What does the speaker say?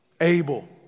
Abel